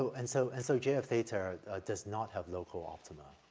so and so and so j of theta does not have local optima,